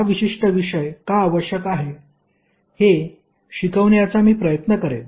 हा विशिष्ट विषय का आवश्यक आहे हे शिकवण्याचा मी प्रयत्न करेन